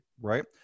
right